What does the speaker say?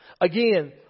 Again